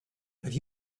have